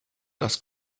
das